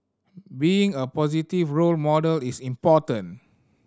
being a positive role model is important